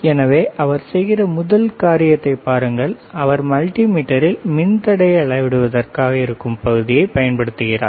எனவே அவர் செய்கிற முதல் காரியத்தை பாருங்கள் அவர் மல்டிமேட்டரில் மின்தடையை அளவிடுவதற்காக இருக்கும் பகுதியை யன்படுத்துகிறார்